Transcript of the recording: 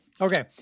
Okay